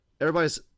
Everybody's